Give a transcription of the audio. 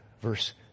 verse